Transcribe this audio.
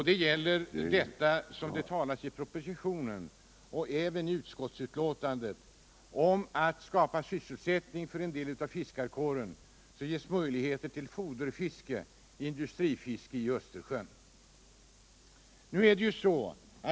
Det gäller vad som sägs både i propositionen och i utskottsbetänkandet om att skapa sysselsättning för en del av fiskarkåren och ge denna möjligheter till foderfiske i Östersjön.